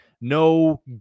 No